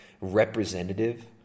representative